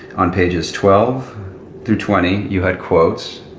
on pages twelve through twenty, you had quotes.